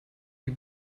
die